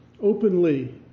openly